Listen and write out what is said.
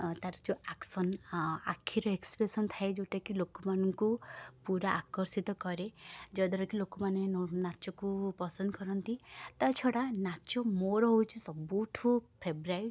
ଅଁ ତାର ଯେଉଁ ଆକ୍ସନ୍ ହଁ ଆଖିରେ ଏକ୍ସପ୍ରେସନ୍ ଥାଏ ଯେଉଁଟାକି ଲୋକମାନଙ୍କୁ ପୂରା ଆକର୍ଷିତ କରେ ଯାହାଦ୍ୱାରାକି ଲୋକମାନେ ନାଚକୁ ପସନ୍ଦ କରନ୍ତି ତା' ଛଡ଼ା ନାଚ ମୋର ହେଉଛି ସବୁଠୁ ଫେବରାଇଟ୍